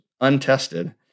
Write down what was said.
untested